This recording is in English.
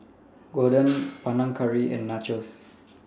Gyudon Panang Curry and Nachos